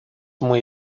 muy